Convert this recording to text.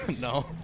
No